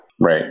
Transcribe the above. Right